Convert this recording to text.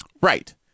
Right